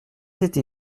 été